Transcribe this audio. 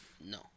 No